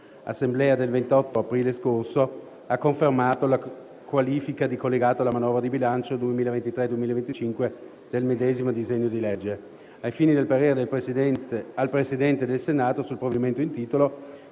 dell'Assemblea del 28 aprile scorso, ha confermato la qualifica di collegato alla manovra di bilancio 2023-2025 del medesimo disegno di legge. Ai fini del parere al Presidente del Senato sul provvedimento in titolo,